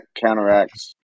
counteracts